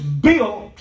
built